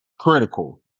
critical